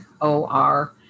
O-R